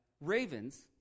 ravens